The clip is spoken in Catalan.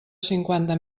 cinquanta